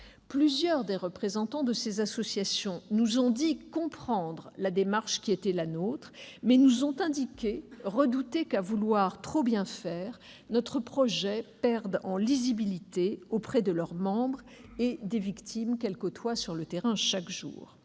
Plusieurs des représentants de ces associations nous ont dit comprendre notre démarche, mais nous ont indiqué redouter que, à vouloir trop bien faire, notre projet perde en lisibilité auprès de leurs membres et des victimes qu'elles côtoient sur le terrain chaque jour.